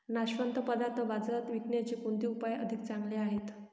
नाशवंत पदार्थ बाजारात विकण्याचे कोणते उपाय अधिक चांगले आहेत?